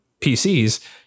PCs